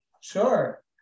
Sure